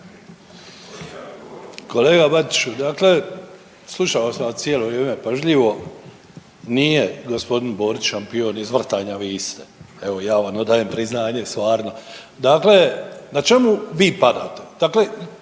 Kolega Bačiću, dakle slušao sam vas cijelo vrijeme pažljivo, nije g. Borić šampion izvrtanja .../Govornik se ne razumije./... evo, ja vam odajem priznanje, stvarno. Dakle, na čemu vi padate?